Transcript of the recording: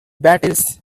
battles